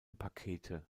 pakete